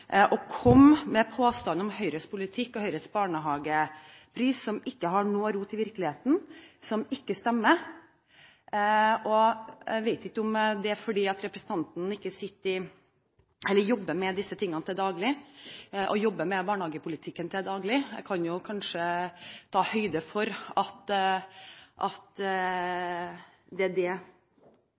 og kom med påstander om Høyres politikk og Høyres barnehagepris som ikke stemmer. Jeg vet ikke om det er fordi representanten ikke jobber med barnehagepolitikken til daglig. Jeg kan kanskje ta høyde for at det er det